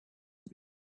been